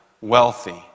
wealthy